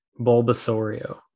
Bulbasaurio